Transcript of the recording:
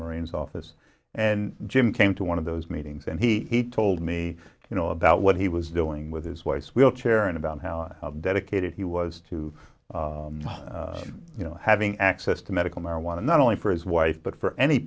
marines office and jim came to one of those meetings and he told me you know about what he was doing with his wife's wheelchair and about how dedicated he was to you know having access to medical marijuana not only for his wife but for any